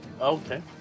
Okay